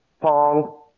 Pong